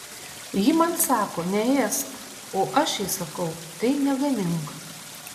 ji man sako neėsk o aš jai sakau tai negamink